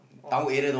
!wah!